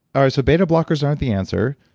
ah right, so beta blockers aren't the answer.